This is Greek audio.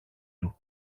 του